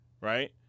right